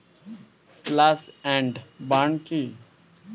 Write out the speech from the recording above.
Slash and burn কি?